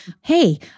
hey